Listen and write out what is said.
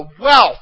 wealth